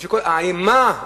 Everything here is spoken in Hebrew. האימה,